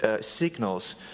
signals